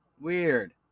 Weird